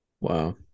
Wow